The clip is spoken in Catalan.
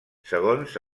segons